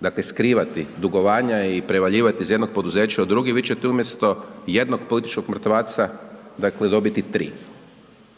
dakle, skrivati dugovanja i prevaljivati iz jednog poduzeća u drugi, vi ćete umjesto jednog političkog mrtvaca, dakle, dobiti 3,